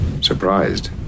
Surprised